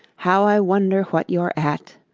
how i wonder what you're at!